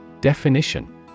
Definition